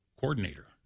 coordinator